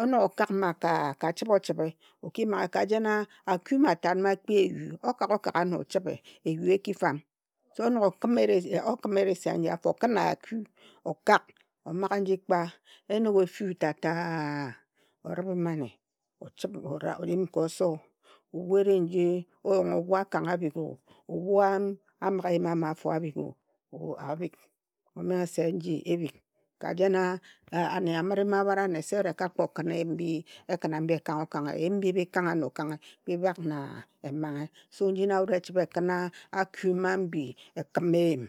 onog okak mma ka chibhe ochibhe, o ki maghe ka jen a, aku matat ma akpi eyu, okak ano ochibhe, eyu eki fam. So onog okhim eresi, okhun eresi eja aji afo, okin aku okak, omaghe nji kpa, enog efu tata a, oribhe mane, ochibe, oyum ka oso. Ebhu eri nji oyungha ebhu akang abhigo, ebhu em a mighe eyim a ma afo abhigo, abhig omenghe se nji ebhig. Ka jen a ane anire mma abharane se wut eka kpo khin eyin mbi ekhina mbi ekangha okanghe. Eyim mbi bhi kangha ano okanghe bi bhak na emanghe so nji na wut echibhe ekhina aku mma mbi ekhima eyim.